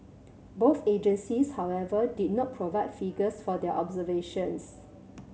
both agencies however did not provide figures for their observations